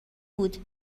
بود